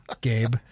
Gabe